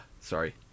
sorry